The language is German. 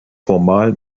formal